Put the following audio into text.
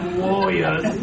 warriors